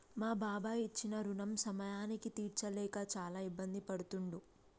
మా బాబాయి ఇచ్చిన రుణం సమయానికి తీర్చలేక చాలా ఇబ్బంది పడుతుండు